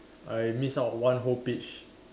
I miss out one whole page